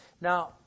Now